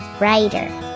Writer